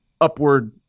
upward